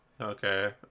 Okay